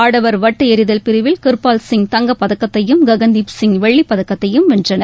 ஆடவர் வட்டு எறிதல் பிரிவில் கிர்பால் சிங் தங்கப்பதக்கத்தையும் ககன்தீப் சிங் வெள்ளிப்பதக்கதையும் வென்றனர்